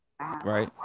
right